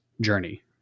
journey